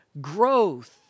growth